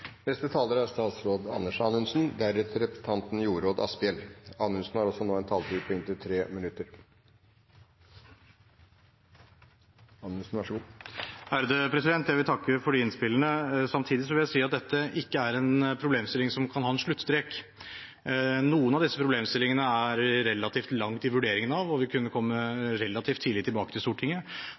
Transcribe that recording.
Jeg vil takke for innspillene. Samtidig vil jeg si at dette ikke er en problemstilling som kan ha en sluttstrek. Noen av disse problemstillingene er vi relativt langt i vurderingen av og vil kunne komme relativt tidlig tilbake til Stortinget